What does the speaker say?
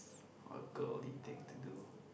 what a girly thing to do